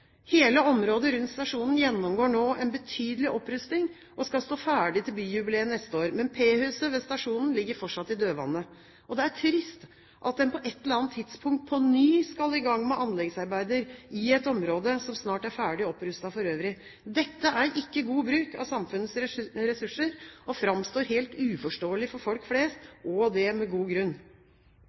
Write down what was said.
Hele området rundt stasjonen gjennomgår nå en betydelig opprusting, som skal være ferdig til byjubileet neste år, men P-huset ved stasjonen ligger fortsatt i dødvanne. Det er trist at en på et eller annet tidspunkt på ny skal i gang med anleggsarbeider i et område som snart er ferdig opprustet for øvrig. Dette er ikke god bruk av samfunnets ressurser og framstår som helt uforståelig for folk flest – og det med god grunn.